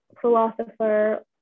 philosopher